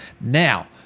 Now